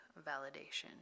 validation